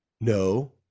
no